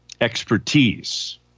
expertise